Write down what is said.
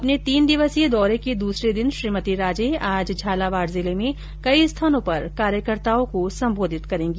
अपने तीन दिवसीय दौरे के दुसरे दिन श्रीमती राजे आज झालावाड जिले में कई स्थानों पर कार्यकर्ताओं को संबोधित करेगी